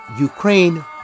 Ukraine